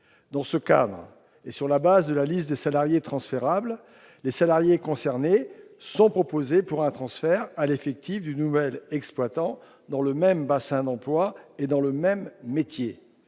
Dans ce cadre, sur le fondement de la liste des salariés transférables, les salariés concernés seraient proposés pour un transfert au nouvel exploitant, dans le même bassin d'emploi et dans le même métier.